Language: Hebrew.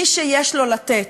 מי שיש לו לתת,